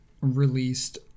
released